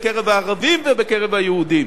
בקרב הערבים ובקרב היהודים.